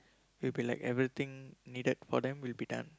will be like everything needed for them will be done